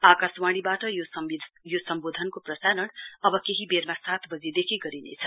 आकाशवाणी बाट यो सम्बोधनको प्रसारण अव केही बेरमा सात बजीदेखि गरिनेछ